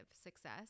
success